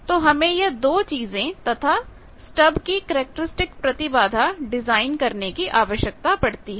तो हमें यह दो चीजें तथा स्टब की कैरेक्टरिस्टिक प्रतिबाधा डिजाइन करने की आवश्यकता पड़ती है